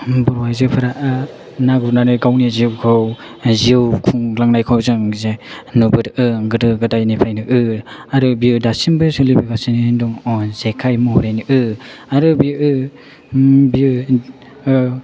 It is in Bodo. बर' आयजोफोरा ना गुरनानै गावनि जिउखौ जिउ खुंलांनायखौ जों जे नुबोदों गोदो गोदायनिफ्रायनो आरो बेयो दासिमबो सोलिबोगासिनो दङ जेखाय महरैनो आरो बेयो